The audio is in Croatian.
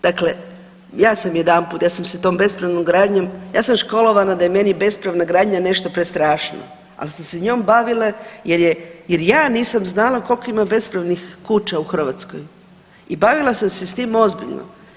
Dakle, ja sam jedanput ja sam se tom bespravnom gradnjom, ja sam školovana da je meni bespravna gradnja nešto prestrašno, al sam se njom bavila jer ja nisam znala koliko ima bespravnih kuća u Hrvatskoj i bavila sam se s tim ozbiljno.